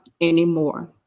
anymore